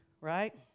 right